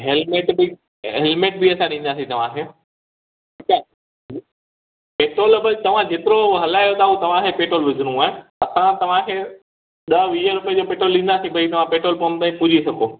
helmet बि helmet बि असां ॾींदासीं तव्हांखे ठीकु आहे पेट्रोल तव्हां जेतिरो हलायो हूअ तव्हांखे पेट्रोल विझिणो आहे असां तव्हांखे ॾह वीह रुपए जो पेट्रोल ॾींदासीं भई तव्हां पेट्रोल पंप ताईं पुजी सघो